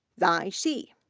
zai shi,